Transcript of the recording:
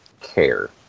care